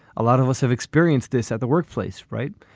a lot of us have experienced this at the workplace. right.